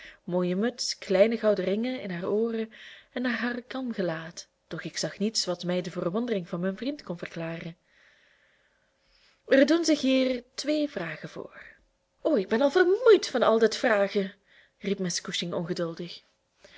mooie muts kleine gouden ringen in haar ooren en naar haar kalm gelaat doch ik zag niets wat mij de verwondering van mijn vriend kon verklaren er doen zich hier twee vragen voor o ik ben al vermoeid van al dat vragen riep miss cushing ongeduldig